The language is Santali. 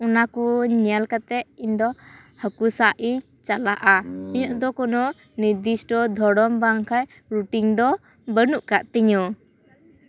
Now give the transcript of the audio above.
ᱚᱱᱟ ᱠᱚᱹᱧ ᱧᱮᱞ ᱠᱟᱛᱮᱜ ᱤᱧ ᱫᱚ ᱦᱟᱹᱠᱩ ᱥᱟᱵ ᱤᱧ ᱪᱟᱞᱟᱜᱼᱟ ᱤᱧᱟᱹᱜ ᱫᱚ ᱠᱳᱱᱳ ᱱᱤᱫᱽᱫᱤᱥᱴᱚ ᱫᱷᱚᱨᱚᱱ ᱵᱟᱝᱠᱷᱟᱱ ᱨᱩᱴᱤᱱ ᱫᱚ ᱵᱟᱹᱱᱩᱠᱟᱜ ᱛᱤᱧᱟᱹ